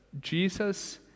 Jesus